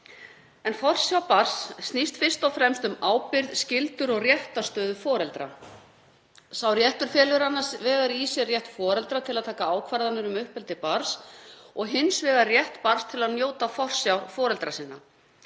Forsjá barns snýst fyrst og fremst um ábyrgð, skyldur og réttarstöðu foreldra. Sá réttur felur annars vegar í sér rétt foreldra til að taka ákvarðanir um uppeldi barns og hins vegar rétt barns til að njóta forsjár foreldra sinna.